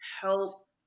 help